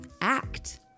ACT